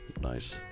Nice